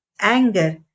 anger